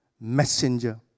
messenger